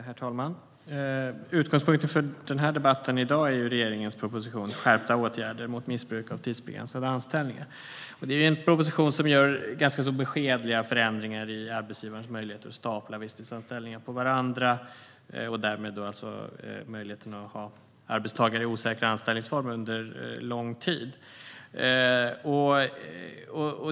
Herr talman! Utgångspunkten för dagens debatt är regeringens proposition Skärpta åtgärder mot missbruk av tidsbegränsade anställningar . Det är en proposition som gör ganska beskedliga förändringar i arbetsgivarens möjligheter att stapla visstidsanställningar på varandra och därmed ha arbetstagare i osäkra anställningsformer under lång tid.